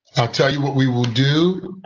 i'll tell you what we will do.